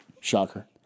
Shocker